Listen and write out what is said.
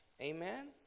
amen